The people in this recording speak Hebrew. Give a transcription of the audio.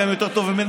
גם יותר טוב ממני,